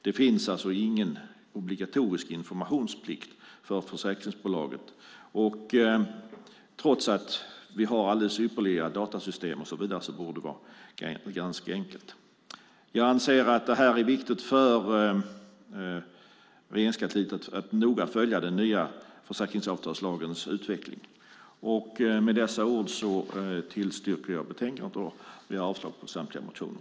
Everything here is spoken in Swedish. Det finns ingen absolut informationsplikt för försäkringsbolaget, trots att vi har alldeles ypperliga datasystem och så vidare. Det borde vara ganska enkelt. Jag anser att det är viktigt för Regeringskansliet att noga följa den nya försäkringsavtalslagens utveckling. Med dessa ord tillstyrker jag förslaget i betänkandet och yrkar avslag på samtliga motioner.